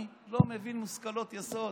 אני לא מבין מושכלות יסוד.